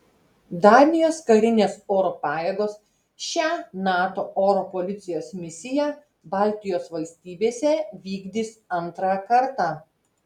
danijos karinės oro pajėgos šią nato oro policijos misiją baltijos valstybėse vykdys antrą kartą